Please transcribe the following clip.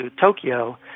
Tokyo